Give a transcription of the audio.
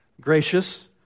gracious